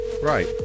Right